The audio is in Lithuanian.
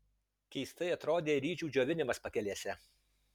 keistai atrodė ir ryžių džiovinimas pakelėse